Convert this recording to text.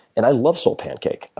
and i love soulpancake.